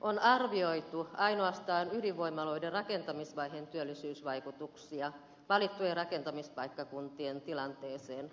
on arvioitu ainoastaan ydinvoimaloiden rakentamisvaiheen työllisyysvaikutuksia valittujen rakentamispaikkakuntien tilanteeseen